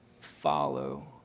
follow